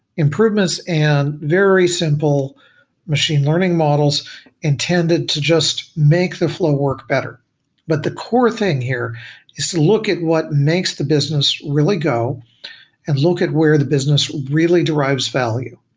improvements and very simple machine learning models intended to just make the flow work better but the core thing here is to look at what makes the business really go and look at where the business really drives value.